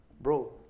Bro